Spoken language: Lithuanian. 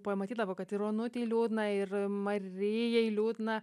pamatydavo kad ir onutei liūdna ir marijai liūdna